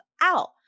out